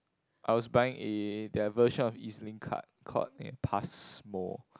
I was buying eh their version of E_Z-Link card called a Pasmo